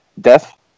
death